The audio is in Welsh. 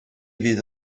fydd